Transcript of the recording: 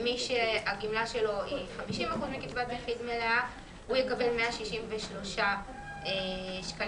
ומי שהגמלה שלו היא 50% מקצבת נכות מלאה יקבל 163 שקלים חדשים.